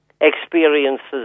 experiences